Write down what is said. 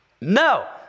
No